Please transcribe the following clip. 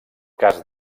cas